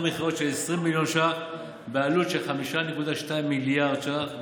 מכירות של 20 מיליון ש"ח בעלות של 5.2 מיליארד ש"ח,